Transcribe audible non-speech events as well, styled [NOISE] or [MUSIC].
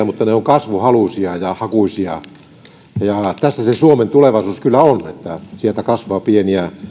[UNINTELLIGIBLE] mutta ne ovat kasvuhaluisia ja hakuisia tässä se suomen tulevaisuus kyllä on että sieltä kasvaa pieniä